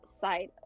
side